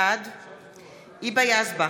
בעד היבה יזבק,